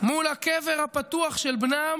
מול הקבר הפתוח של בנם